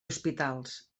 hospitals